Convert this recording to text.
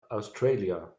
australia